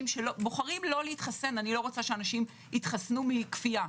שבוחרים לא להתחסן אני לא רוצה שאנשים יתחסנו מכפייה.